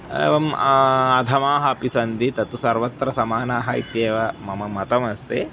एवम् अधमाः अपि सन्ति तत्तु सर्वत्र समानाः इत्येव मम मतमस्ति